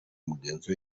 mugenzi